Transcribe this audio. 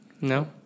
No